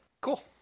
Cool